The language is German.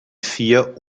vier